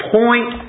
point